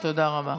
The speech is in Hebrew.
תודה רבה.